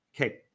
Okay